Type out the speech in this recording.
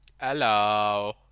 Hello